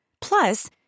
Plus